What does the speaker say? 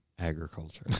agriculture